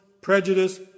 prejudice